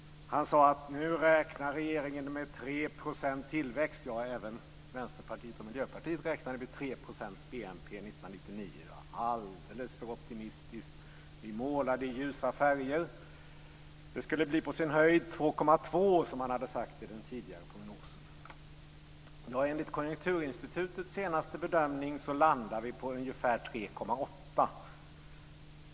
Han sade: Nu räknar regeringen med 3 % tillväxt. Ja, även Vänsterpartiet och Miljöpartiet räknade med 3 % tillväxt i BNP år 1999. Det var alldeles för optimistiskt, hette det. Vi målade i alldeles för ljusa färger. Det skulle bli på sin höjd 2,2 %, som man hade sagt i den tidigare prognosen. Enligt Konjunkturinstitutets senaste bedömning landar vi på ungefär 3,8 %.